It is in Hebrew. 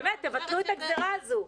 באמת, תבטלו את הגזירה הזו.